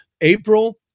April